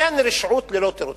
אין רשעות ללא תירוצים.